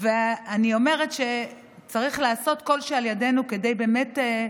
ואני אומרת שצריך לעשות כל שלאל ידנו לטפל